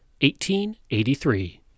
1883